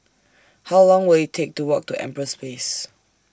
How Long Will IT Take to Walk to Empress Place